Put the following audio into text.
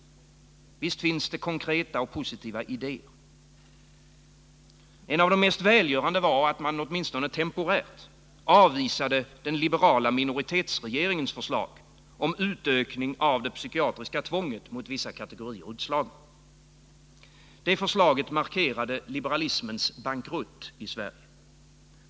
Visst finns det konkreta och positiva idéer. En av de mest välgörande var att man — åtminstone temporärt — av Det förslaget markerade liberalismens bankrutt i Sverige.